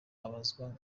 abazwa